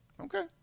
Okay